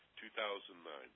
2009